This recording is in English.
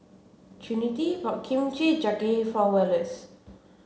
Trinity bought Kimchi Jjigae for Wallace